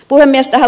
puhemies